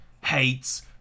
hates